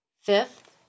Fifth